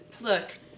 look